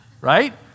Right